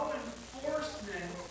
enforcement